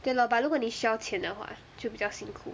对 lor but 如果你需要钱的话就比较辛苦